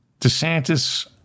DeSantis